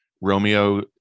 Romeo